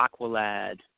Aqualad